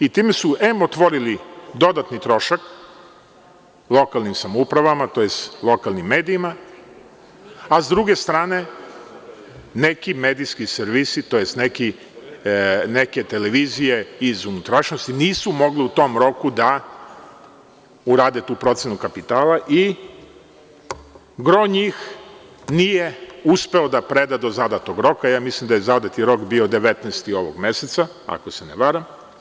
Time su em otvorili dodatni trošak lokalnim samoupravama, tj. lokalnim medijima, a s druge strane, neke televizije iz unutrašnjosti nisu mogle u tom roku da urade tu procenu kapitala i gro njih nije uspelo da preda do zadatog roka, ja mislim da je zadati rok bio 19. ovog meseca, ako se ne varam.